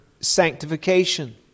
sanctification